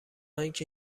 اینکه